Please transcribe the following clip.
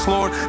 Lord